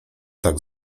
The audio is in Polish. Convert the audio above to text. tak